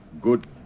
good